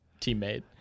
teammate